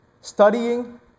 studying